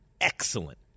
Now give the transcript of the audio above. excellent